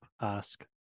ask